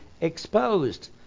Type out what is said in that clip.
exposed